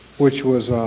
which was